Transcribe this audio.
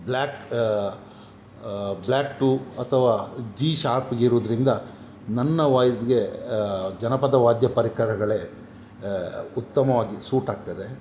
black black two ಅಥವಾ G sharp ಇರುವುದ್ರಿಂದ ನನ್ನ ವಾಯ್ಸ್ಗೆ ಜನಪದ ವಾದ್ಯ ಪರಿಕರಗಳೇ ಉತ್ತಮವಾಗಿ ಸೂಟ್ ಆಗ್ತದೆ